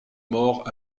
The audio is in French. mort